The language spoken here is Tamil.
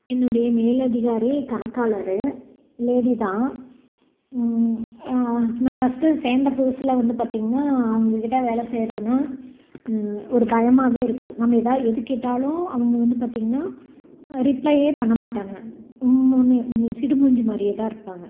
என்னுடைய மேல் அதிகாரி கணக்காளர் லேடி தான் நான் ஃபஸ்ட்டு சேர்ந்த புதுசில் வந்து பார்த்திங்கன்னா அவங்ககிட்ட வேலை செய்யுறதுனால் ஒரு பயமாகவே இருக்கும் நம்ம ஏதாவுது எது கேட்டாலும் அவங்க வந்து பார்த்திங்கன்னா ரிப்ளையே பண்ணமாட்டாங்க உம்முன்னு சிடுமூஞ்சி மாதிரியே தான் இருப்பாங்க